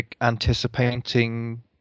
anticipating